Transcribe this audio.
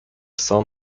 son